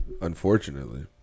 unfortunately